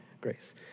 grace